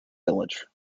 village